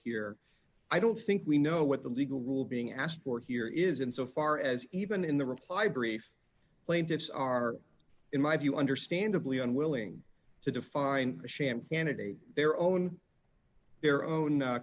here i don't think we know what the legal rule being asked for here is insofar as even in the reply brief plaintiffs are in my view understandably unwilling to define a sham candidate their own their own